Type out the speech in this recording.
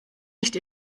nicht